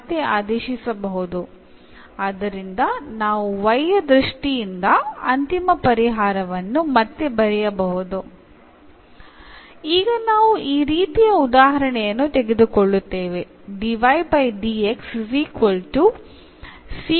ഇത്തരത്തിലുള്ളതിൻറെ ഒരു ഉദാഹരണം എന്ന് എടുക്കുന്നു